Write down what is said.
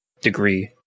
degree